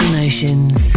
Emotions